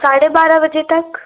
साढ़े बारह बजे तक